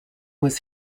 was